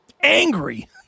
angry